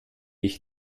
ich